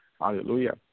Hallelujah